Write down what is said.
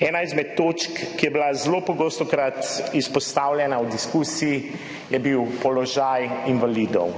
Ena izmed točk, ki je bila zelo pogosto izpostavljana v diskusiji, je bil položaj invalidov.